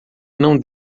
não